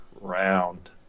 round